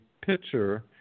picture